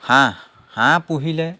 হাঁহ হাঁহ পুহিলে